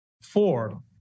four